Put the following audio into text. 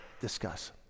discuss